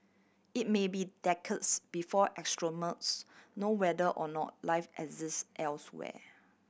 it may be decades before astronomers know whether or not life exists elsewhere